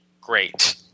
great